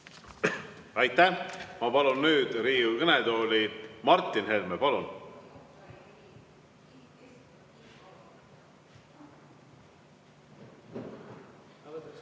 Aitäh! Ma palun Riigikogu kõnetooli Martin Helme. Palun!